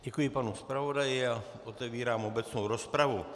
Děkuji panu zpravodaji a otevírám obecnou rozpravu.